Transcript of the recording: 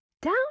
down